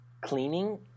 cleaning